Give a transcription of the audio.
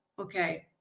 Okay